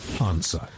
Answer